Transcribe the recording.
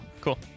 Cool